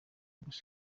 gusa